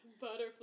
Butterfly